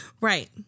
Right